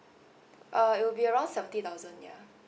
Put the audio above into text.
uh it will be around seventy thousand ya